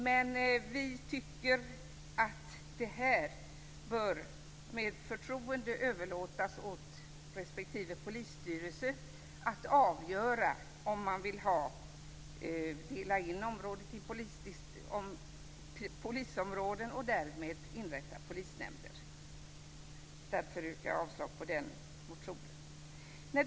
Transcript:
Men vi tycker att man med förtroende bör överlåta åt respektive polisstyrelse att avgöra om de vill dela in området i polisområden och därmed inrätta polisnämnder. Därför yrkar jag avslag på den reservationen.